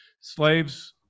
slaves